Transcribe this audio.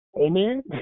Amen